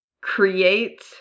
create